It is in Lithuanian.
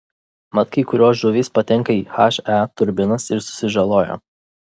mat kai kurios žuvys patenka į he turbinas ir susižaloja